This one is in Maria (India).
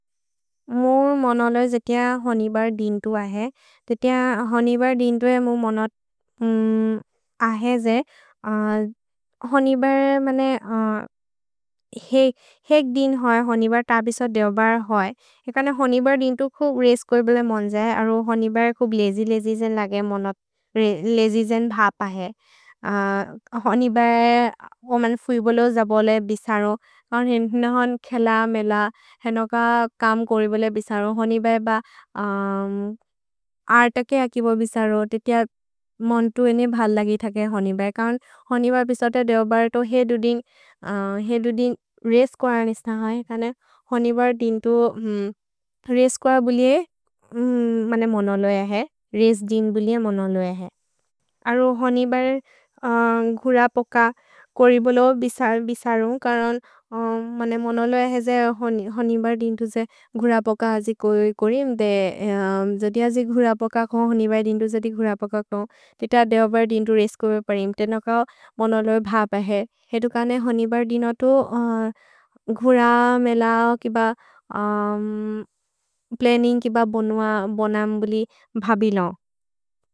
म्ô मनोलोज् जेतियन् होनिबर् दिन्तु अहे। जेतियन् होनिबर् दिन्तु ए म्ô मनत् अहे जे होनिबर् मने हेक् दिन् होइ, होनिबर् तबिस देव्बर् होइ। एकने होनिबर् दिन्तु खुक् रेस् कोइबोले मन् जए। अरो होनिबर् खुक् लेजि लेजिजेन् लगे मनत् लेजिजेन् भप् अहे। होनिबर् म्ô मन् फुइबोले जबोले बिसरो। नोहोन् खेल, मेल, हेनोक कम् कोरिबोले बिसरो। होनिबर् ब अर्तके अकिबो बिसरो। तेतियन् मोन्तु एने भल् लगि थके होनिबर्। कौन् होनिबर् बिसते देव्बर् तो हे दु दिन् रेस् कोइ अनिस्थ है। एकने होनिबर् दिन्तु रेस् कोइ बोले मने म्ô नोलोज् अहे। रेस् दिन् बोले म्ô नोलोज् अहे। अरो होनिबर् घुर पोक कोरिबोले बिसरो। करन् मने म्ô नोलोज् अहे जे होनिबर् दिन्तु जे घुर पोक हजि कोइ कोरिम्। दे जोदि हजि घुर पोक खोन्, होनिबर् दिन्तु जोदि घुर पोक खोन्। तित देव्बर् दिन्तु रेस् कोइबोले परिम्। तेनो कओ म्ô नोलोज् भप् अहे। हेतु कने होनिबर् दिनतु घुर, मेलओ केब प्लन्निन्ग् केब बोनम् बोलि भबिलोन्।